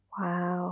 Wow